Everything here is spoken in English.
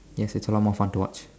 yes it's a lot more fun to watch